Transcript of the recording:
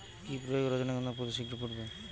কি প্রয়োগে রজনীগন্ধা ফুল শিঘ্র ফুটবে?